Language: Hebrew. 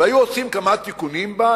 והיו עושים כמה תיקונים בה.